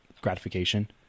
gratification